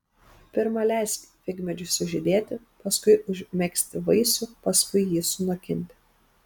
pirma leisk figmedžiui sužydėti paskui užmegzti vaisių paskui jį sunokinti